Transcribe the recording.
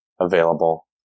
available